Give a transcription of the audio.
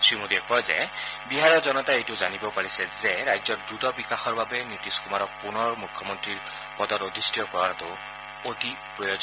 শ্ৰীমোদীয়ে কয় যে বিহাৰৰ জনতাই এইটো জানিব পাৰিছে যে ৰাজ্যৰ দ্ৰত বিকাশৰ বাবে শ্ৰীনীতিশ কুমাৰক পুনৰবাৰ মুখ্যমন্ত্ৰী পদত অধিষ্ঠত কৰাটো অতি প্ৰয়োজন